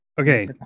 Okay